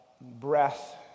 breath